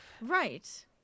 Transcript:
right